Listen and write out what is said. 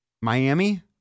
Miami